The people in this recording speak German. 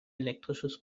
elektrisches